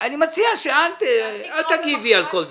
אני מציע שלא תגיבי על כל דבר.